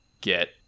get